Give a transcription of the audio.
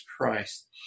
Christ